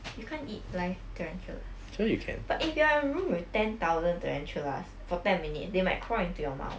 you can't eat live tarantulas but if you are in a room with ten thousand tarantulas for ten minutes they might crawl into your mouth